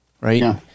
right